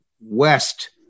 west